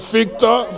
Victor